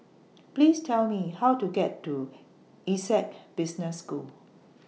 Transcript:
Please Tell Me How to get to Essec Business School